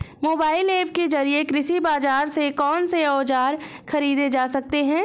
Mobile app के जरिए कृषि बाजार से कौन से औजार ख़रीदे जा सकते हैं?